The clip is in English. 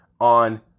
on